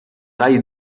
gall